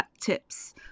tips